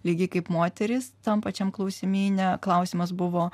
lygiai kaip moterys tam pačiam klausimyne klausimas buvo